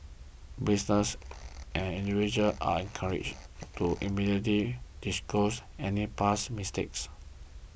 businesses and individuals are encouraged to immediately disclose any past mistakes